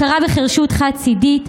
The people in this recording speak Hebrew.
הכרה בחירשות חד-צידית,